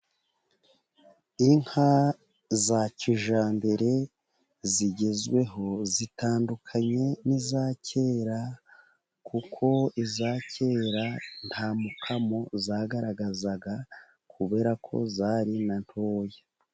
Inka za kijyambere zigezweho. Zitandukanye n'iza kera, kuko iza kera nta mukamo zagaragazaga, kubera ko zari na ntoya.